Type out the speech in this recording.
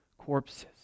corpses